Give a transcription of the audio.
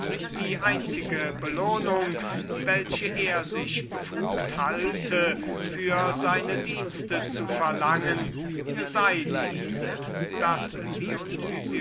die einzige belohnung welche er sich befügt halte für seine dienste zu verlangen sei diese daß